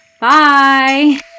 Bye